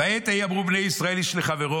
"בעת ההיא אמרו בני ישראל איש לחברו: